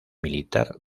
militar